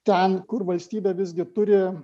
ten kur valstybė visgi turi